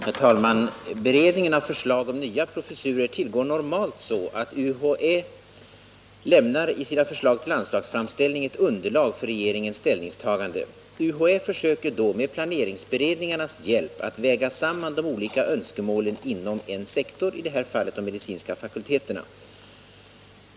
Herr talman! Beredningen av förslag om nya professurer tillgår normalt så, att UHÄ i sina förslag till anslagsframställning lämnar ett underlag för regeringens ställningstagande. UHÄ försöker då, med planeringsberedningarnas hjälp, att väga samman de olika önskemålen inom en sektor, i det här fallet de medicinska fakulteterna.